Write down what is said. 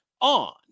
on